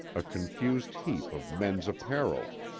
a confused heap of men's apparel.